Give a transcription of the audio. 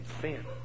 sin